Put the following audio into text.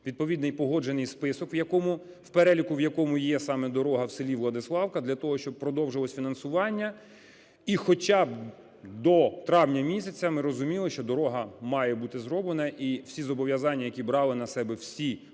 відповідний погоджений список, в переліку, в якому є саме дорога в селі Владиславка для того, щоб продовжилося фінансування, і хоча би до травня місяця ми розуміли, що дорога має бути зроблена, і всі зобов'язання, які брали на себе всі,